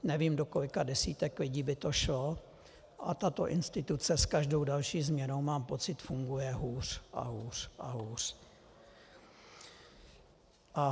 Nevím, do kolika desítek lidí by to šlo, a tato instituce s každou další změnou, mám pocit, funguje hůř a hůř a hůř.